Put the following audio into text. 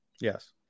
Yes